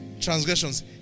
transgressions